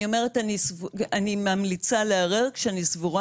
אני אומרת שאני ממליצה לערער כשאני סבורה